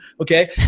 okay